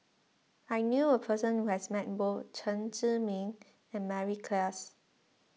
I knew a person who has met both Chen Zhiming and Mary Klass